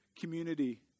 community